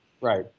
Right